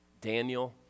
Daniel